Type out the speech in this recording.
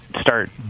start